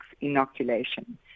inoculation